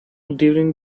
during